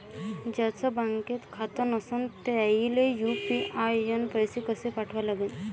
ज्याचं बँकेत खातं नसणं त्याईले यू.पी.आय न पैसे कसे पाठवा लागन?